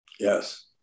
Yes